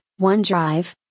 OneDrive